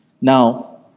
Now